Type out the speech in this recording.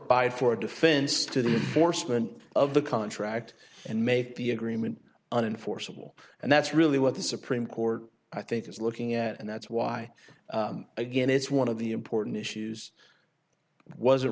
by for defense to the forstmann of the contract and make the agreement unforeseeable and that's really what the supreme court i think is looking at and that's why again it's one of the important issues wasn't